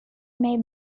may